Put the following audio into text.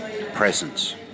presence